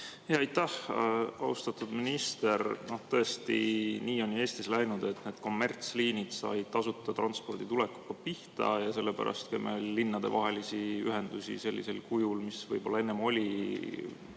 Aitäh! Austatud minister! Tõesti, nii on Eestis läinud, et kommertsliinid said tasuta transpordi tulekuga pihta ja sellepärast meil linnadevahelisi ühendusi sellisel kujul, nagu enne oli,